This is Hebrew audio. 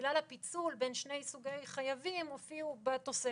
בגלל הפיצול בין שני סוגי חייבים הופיעו בתוספת.